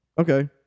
Okay